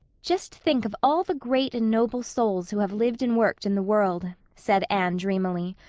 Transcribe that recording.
just think of all the great and noble souls who have lived and worked in the world, said anne dreamily.